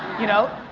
you know,